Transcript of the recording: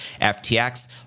FTX